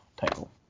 title